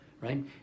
right